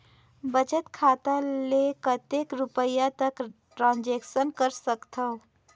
बचत खाता ले कतेक रुपिया तक ट्रांजेक्शन कर सकथव?